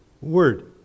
word